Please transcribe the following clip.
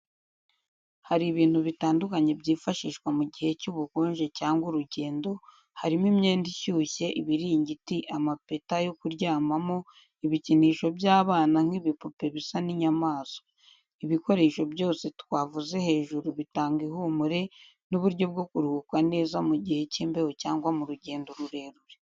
Hari ibintu bitandukanye byifashishwa mu gihe cy'ubukonje cyangwa urugendo, harimo imyenda ishyushye, ibiringiti, amapeta yo kuryamamo, ibikinisho by'abana nk'ibipupe bisa n'inyamaswa. Ibikoresho byose twavuze hejuru bitanga ihumure n'uburyo bwo kuruhuka neza mu gihe cy'imbeho cyangwa mu rugendo rurerure.